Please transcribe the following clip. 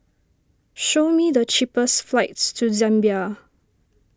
show me the cheapest flights to Zambia